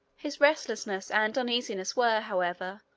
his restlessness and uneasiness were, however,